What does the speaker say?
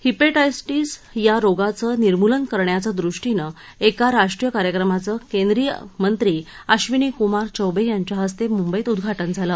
hepatitis या रोगाचं निर्मूलन करण्याचं दृष्टीनं एका राष्ट्रीय कार्यक्रमाचं केंद्रीय मंत्री अक्षिनी कुमार चौबे यांच्या हस्ते मुंबईत उद्घाटन झालं